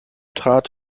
trat